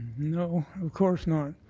no, of course not.